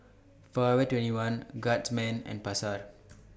Forever twenty one Guardsman and Pasar